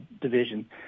division